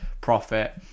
profit